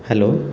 hello